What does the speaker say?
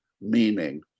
meaning